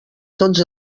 tots